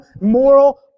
moral